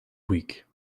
weak